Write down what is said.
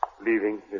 Leaving